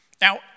Now